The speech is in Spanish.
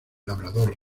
labrador